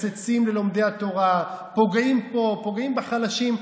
מקצצים ללומדי התורה, פוגעים פה, פוגעים בחלשים.